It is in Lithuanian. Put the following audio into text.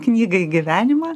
knygą į gyvenimą